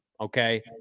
okay